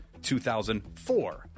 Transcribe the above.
2004